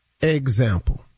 Example